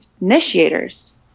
initiators